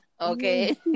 Okay